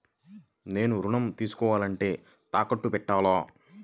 నేను ఋణం తీసుకోవాలంటే తాకట్టు పెట్టాలా?